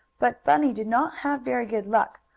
but bunny did not have very good luck,